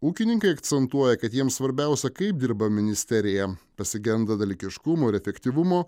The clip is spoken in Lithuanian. ūkininkai akcentuoja kad jiems svarbiausia kaip dirba ministerija pasigenda dalykiškumo ir efektyvumo